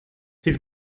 his